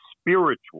spiritual